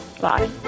Bye